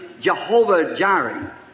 Jehovah-Jireh